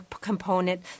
component